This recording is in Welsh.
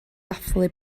dathlu